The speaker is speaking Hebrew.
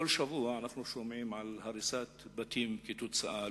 כל שבוע אנחנו שומעים על הריסת בתים כתוצאה מזה.